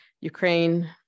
Ukraine